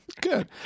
Good